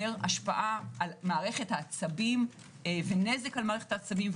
השפעה על מערכת העצבים ונזק על מערכת העצבים.